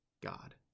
God